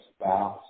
spouse